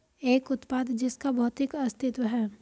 एक उत्पाद जिसका भौतिक अस्तित्व है?